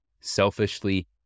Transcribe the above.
selfishly